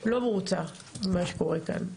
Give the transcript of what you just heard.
לא מרוצה ממה שקורה כאן.